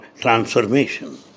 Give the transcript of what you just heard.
transformation